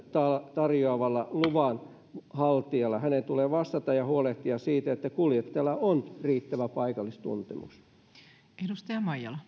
tarjoavalla luvanhaltijalla hänen tulee vastata ja huolehtia siitä että kuljettajalla on riittävä paikallistuntemus